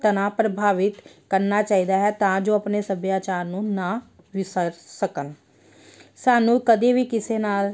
ਤਰ੍ਹਾਂ ਪ੍ਰਭਾਵਿਤ ਕਰਨਾ ਚਾਹੀਦਾ ਹੈ ਤਾਂ ਜੋ ਆਪਣੇ ਸੱਭਿਆਚਾਰ ਨੂੰ ਨਾ ਵਿਸਾਰ ਸਕਣ ਸਾਨੂੰ ਕਦੇ ਵੀ ਕਿਸੇ ਨਾਲ